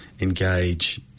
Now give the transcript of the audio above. engage